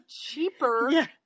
cheaper